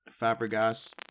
Fabregas